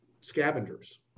scavengers